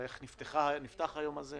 לשאלה איך נפתח היום הזה,